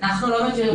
אנחנו לא מכירים מניעה.